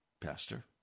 Pastor